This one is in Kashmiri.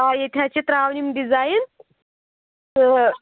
آ ییٚتہِ حظ چھِ ترٛاوٕنۍ یِم ڈِزاین تہٕ